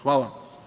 Hvala.